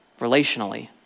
relationally